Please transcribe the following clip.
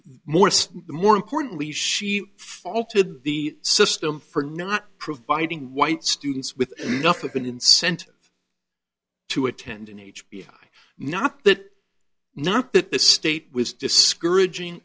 more the more importantly she faulted the system for not providing white students with enough of an incentive to attend an h b not that not that the state was discouraging